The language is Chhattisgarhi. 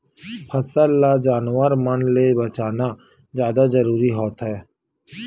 फसल ल जानवर मन ले बचाना जादा जरूरी होवथे